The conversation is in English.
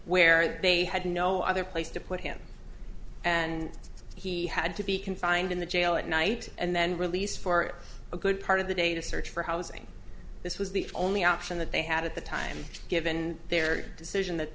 where they had no other place to put him and he had to be confined in the jail at night and then released for a good part of the day to search for housing this was the only option that they had at the time given their decision that